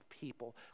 people